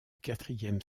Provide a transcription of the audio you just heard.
quatrième